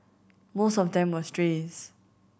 most of them were strays